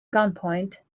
gunpoint